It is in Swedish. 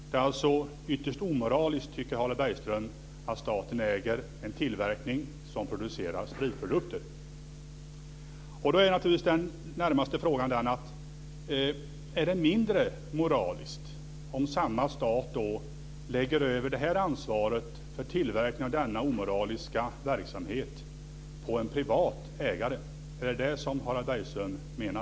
Det är alltså ytterst omoraliskt, tycker Harald Bergström, att staten äger en tillverkare som producerar spritprodukter. Den närmaste frågan är då om det är mindre omoraliskt om samma stat lägger över ansvaret för tillverkning av denna omoraliska produkt på en privat ägare. Är det det Harald Bergström menar?